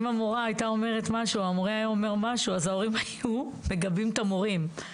אם המורה הייתה אומרת משהו ההורים היו מגבים את המורים.